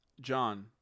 John